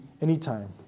anytime